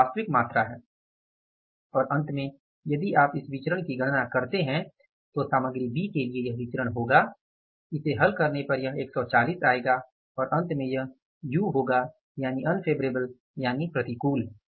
तो यह वास्तविक मात्रा है और अंत में यदि आप इस विचरण की गणना करते हैं तो सामग्री B के लिए यह विचरण होगा इसे हल करने पर यह 140 आएगा और अंत में यह U होगा यानि प्रतिकूल